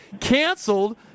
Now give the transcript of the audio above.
canceled